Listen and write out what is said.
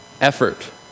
effort